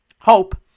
hope